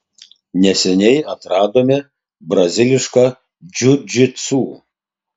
neseniai atradome brazilišką džiudžitsu